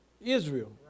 Israel